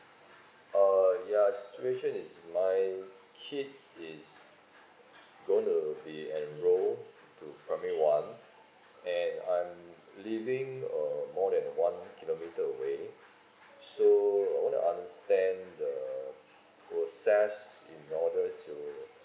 uh ya situation is my kid is going to be enrolled to primary one and I'm living uh more than one kilometre away so I want to understand the process in order to